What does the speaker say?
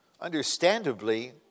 Understandably